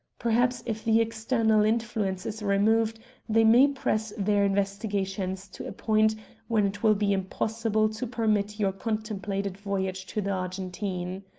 perhaps if the external influence is removed they may press their investigations to a point when it will be impossible to permit your contemplated voyage to the argentine.